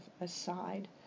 aside